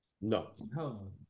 No